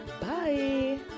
Bye